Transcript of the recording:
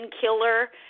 killer